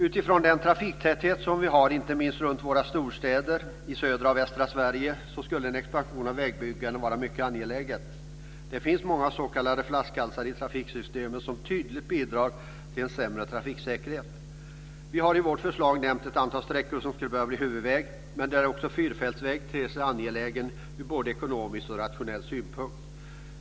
Utifrån den trafiktäthet som vi har, inte minst runt våra storstäder i södra och i västra Sverige, skulle en expansion av väggbyggande var mycket angelägen. Det finns många s.k. flaskhalsar i trafiksystemen som tydligt bidrar till en sämre trafiksäkerhet. Vi har i vårt förslag nämnt ett antal sträckor som skulle behöva bli huvudvägar, men också fyrfältsvägar ter sig angelägna ur både ekonomisk och rationell synpunkt.